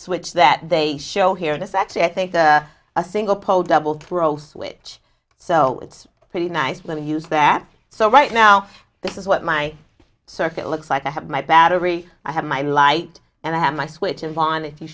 switch that they show here and it's actually i think a single pole double throw switch so it's pretty nice when we use that so right now this is what my circuit looks like i have my battery i have my light and i have my switches on if you